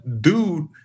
dude